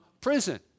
prison